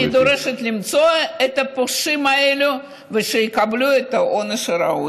אני דורשת למצוא את הפושעים האלה ושיקבלו את העונש הראוי.